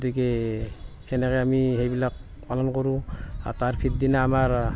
গতিকে সেনেকৈ আমি সেইবিলাক পালন কৰোঁ আৰু তাৰ পিছদিনা আমাৰ